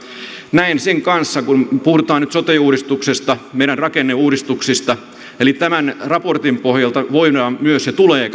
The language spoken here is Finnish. näen sen kanssa niin kun puhutaan nyt sote uudistuksesta meidän rakenneuudistuksista että tämän raportin pohjalta voidaan ja tulee